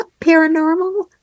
paranormal